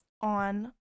on